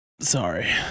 sorry